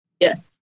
yes